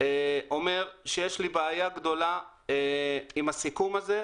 אומר שיש לי בעיה גדולה עם הסיכום הזה,